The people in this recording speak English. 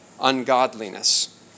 ungodliness